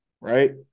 right